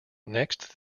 next